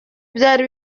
byari